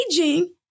aging